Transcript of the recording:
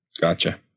Gotcha